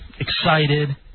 excited